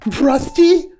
Rusty